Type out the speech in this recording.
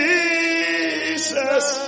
Jesus